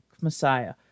Messiah